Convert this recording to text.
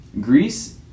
Greece